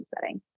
setting